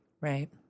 Right